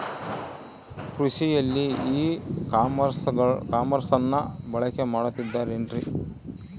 ಕೃಷಿಯಲ್ಲಿ ಇ ಕಾಮರ್ಸನ್ನ ಬಳಕೆ ಮಾಡುತ್ತಿದ್ದಾರೆ ಏನ್ರಿ?